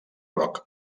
groc